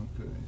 Okay